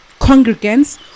congregants